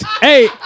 Hey